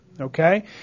Okay